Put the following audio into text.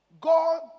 God